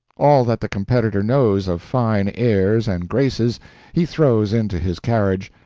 all that the competitor knows of fine airs and graces he throws into his carriage,